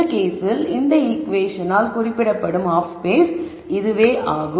இந்த கேஸில் இந்த ஈகுவேஷனால் குறிப்பிடப்படும் ஹாஃப் ஸ்பேஸ் இதுவே ஆகும்